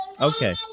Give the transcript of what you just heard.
Okay